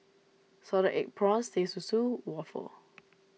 Salted Egg Prawns Teh Susu Waffle